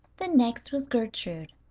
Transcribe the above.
the next was gertrude,